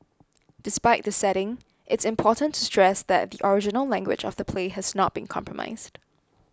despite the setting it's important to stress that the original language of the play has not been compromised